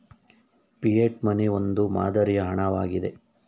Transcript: fiat money ಒಂದು ಮಾದರಿಯ ಹಣ ವಾಗಿದೆ